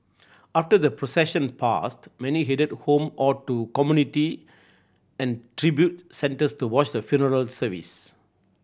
after the procession passed many headed home or to community and tribute centres to watch the funeral service